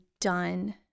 done